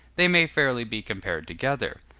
they may fairly be compared together.